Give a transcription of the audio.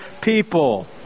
people